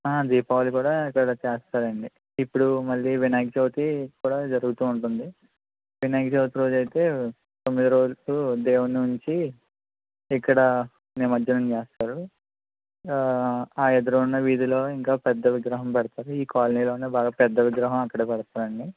ఆ దీపావళి కూడా ఇక్కడ చేస్తారండి ఇప్పుడు మళ్ళీ వినాయక చవితి కూడా జరుగుతూ ఉంటుంది వినాయక చవితిరోజు అయితే తొమ్మిది రోజులు దేవున్ని ఉంచి ఇక్కడ నిమజ్జనం చేస్తారు ఆ ఎదురు ఉన్న వీధిలో ఇంకా పెద్ద విగ్రహం పెడతారు ఇంకా ఈ కాలనీ లోనే బాగా పెద్ద విగ్రహం అక్కడే పెడతారండి